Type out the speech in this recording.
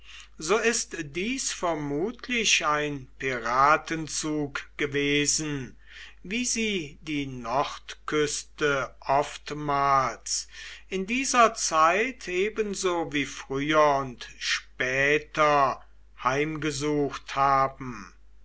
so ist dies vermutlich ein piratenzug gewesen wie sie die nordküste oftmals in dieser zeit ebenso wie früher und später heimgesucht haben